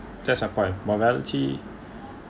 that support morality